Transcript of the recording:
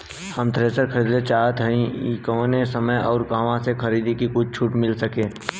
हम थ्रेसर खरीदल चाहत हइं त कवने समय अउर कहवा से खरीदी की कुछ छूट मिल सके?